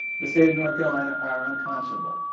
the state of north carolina are unconscionable.